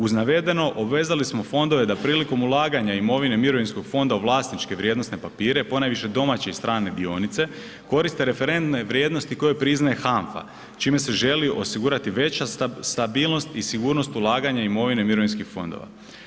Uz navedeno obvezali smo fondove da prilikom ulaganje imovine mirovinskog fonda u vlasničke vrijednosne papire ponajviše domaće i strane dionice koriste referentne vrijednosti koje priznaje HANFA čime se želi osigurati veća stabilnost i sigurnost ulaganja imovine mirovinskih fondova.